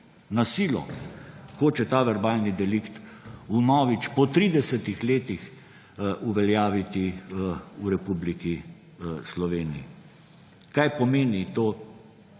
na silo ta verbalni delikt vnovič po 30 letih uveljaviti v Republiki Sloveniji. Kaj pomeni